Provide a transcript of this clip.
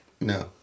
No